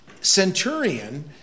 centurion